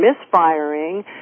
misfiring